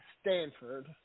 Stanford